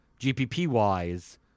GPP-wise